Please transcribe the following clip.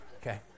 Okay